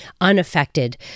unaffected